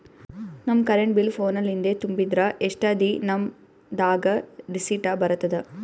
ನಮ್ current bill ಫೋನ ಲಿಂದೇ ತುಂಬಿದ್ರ, ಎಷ್ಟ ದಿ ನಮ್ ದಾಗ ರಿಸಿಟ ಬರತದ?